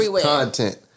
content